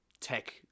tech